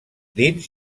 dins